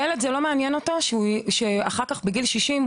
עבור ילד זה לא מעניין שכאשר הוא יגיע לגיל 60,